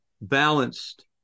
balanced